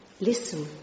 Listen